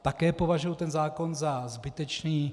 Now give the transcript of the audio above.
Také považuji tento zákon za zbytečný.